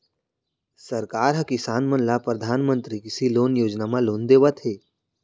सरकार ह किसान मन ल परधानमंतरी कृषि लोन योजना म लोन देवत हे